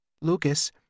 Lucas